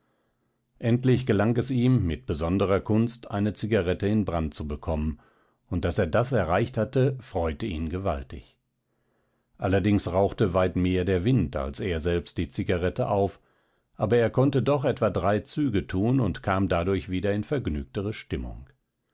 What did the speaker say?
endlich gelang es ihm mit besonderer kunst eine zigarette in brand zu bekommen und daß er das erreicht hatte freute ihn gewaltig allerdings rauchte weit mehr der wind als er selbst die zigarette auf aber er konnte doch etwa drei züge tun und kam dadurch wieder in vergnügtere stimmung